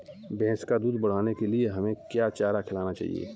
भैंस का दूध बढ़ाने के लिए हमें क्या चारा खिलाना चाहिए?